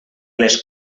les